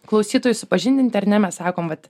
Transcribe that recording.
klausytojus supažindinti ar ne mes sakom vat